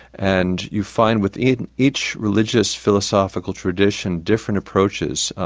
and you find within each religious philosophical tradition different approaches,